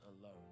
alone